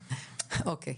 אוקיי.